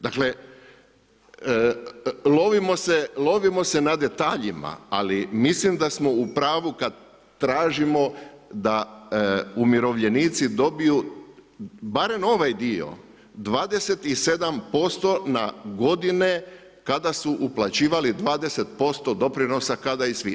Dakle, lovimo se na detaljima ali mislim da smo u pravu kad tražimo da umirovljenici dobiju barem ovaj dio, 27% na godine kada su uplaćivali 20% doprinosa kada i svi.